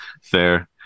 fair